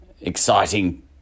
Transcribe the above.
exciting